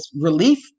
relief